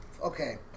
Okay